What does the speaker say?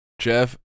Jeff